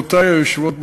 גבירותי היושבות בראש,